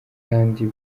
kandi